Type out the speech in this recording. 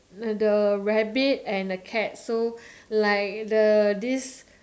the rabbit and a cat so like the this